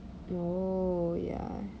oh ya